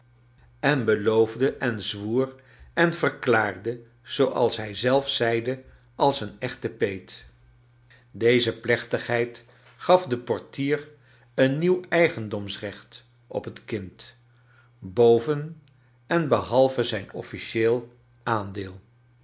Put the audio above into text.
en beloofde en zwoer en verklaarde zooals hij zelf zeide als een eehte peet deze plechtigheid gaf den portier een nieuw eigendomsrecht op het kind boven en bebalve zijn oflicieel aandeel